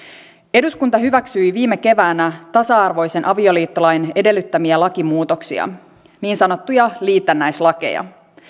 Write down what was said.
eduskunta hyväksyi viime keväänä tasa arvoisen avioliittolain edellyttämiä lakimuutoksia niin sanottuja liitännäislakeja